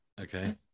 Okay